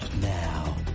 Now